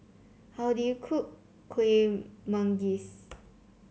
how do you cook Kuih Manggis